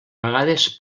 vegades